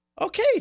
Okay